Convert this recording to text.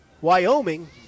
Wyoming